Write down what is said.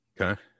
Okay